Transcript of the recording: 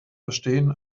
verstehen